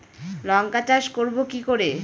লঙ্কা চাষ করব কি করে?